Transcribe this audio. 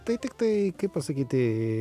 tai tiktai kaip pasakyti